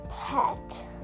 pet